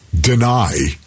deny